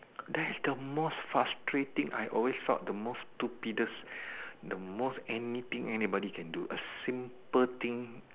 that's the most frustrating I always thought the most stupidest the most anything anybody can do a simple thing